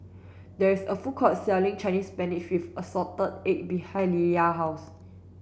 there is a food court selling Chinese spinach with assorted egg behind Leia house